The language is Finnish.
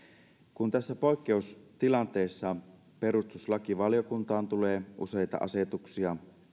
kun tässä poikkeustilanteessa perustuslakivaliokuntaan tulee useita asetuksia